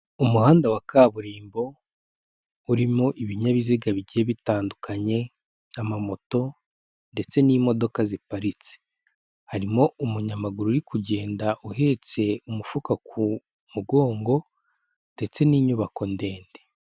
Umuhanda wa kaburimbo urimo ibinyabiziga bigiye bitandukanye by'amamoto ndetse n'imodoka ziparitse, harimo umunyamaguru uri kugenda uhetse umufuka ku mugongo ndetse n'inyubako ndende.